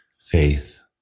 faith